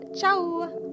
ciao